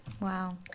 Wow